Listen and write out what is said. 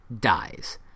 dies